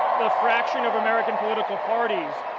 fracturing of american political parties,